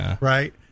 right